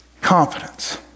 Confidence